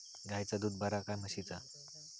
गायचा दूध बरा काय म्हशीचा?